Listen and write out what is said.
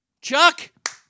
Chuck